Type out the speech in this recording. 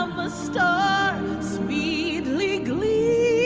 of a star sweetly gleaming